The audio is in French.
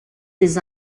des